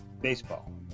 Baseball